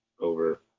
over –